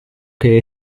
che